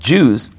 Jews